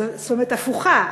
זאת אומרת הפוכה,